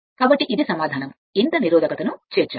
కాబట్టి ఇది సమాధానం ఇంత నిరోధకత ను చేర్చాలి